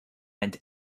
and